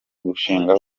gushinga